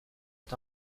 est